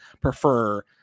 prefer